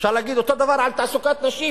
אפשר להגיד אותו דבר על תעסוקת נשים.